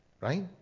right